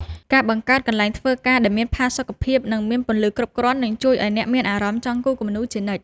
ការបង្កើតកន្លែងធ្វើការដែលមានផាសុកភាព និង មានពន្លឺគ្រប់គ្រាន់នឹងជួយឱ្យអ្នកមានអារម្មណ៍ចង់គូរគំនូរជានិច្ច។